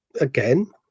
again